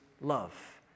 love